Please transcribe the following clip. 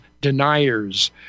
deniers